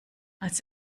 als